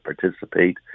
participate